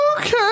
Okay